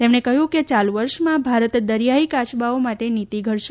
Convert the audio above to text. તેમણે કહ્યું કે ચાલુ વર્ષમાં ભારત દરિયાઇ કાયબાઓ માટે નિતી ધડશે